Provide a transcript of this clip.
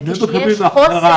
וכשיש חוסר